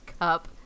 cup